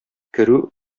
керү